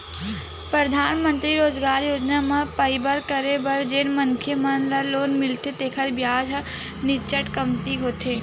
परधानमंतरी रोजगार योजना म बइपार करे बर जेन मनखे मन ल लोन मिलथे तेखर बियाज ह नीचट कमती होथे